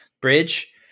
bridge